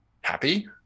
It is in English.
happy